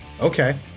Okay